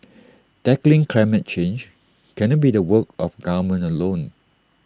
tackling climate change cannot be the work of government alone